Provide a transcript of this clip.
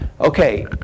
Okay